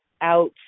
Out